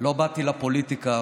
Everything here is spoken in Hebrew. לא באתי לפוליטיקה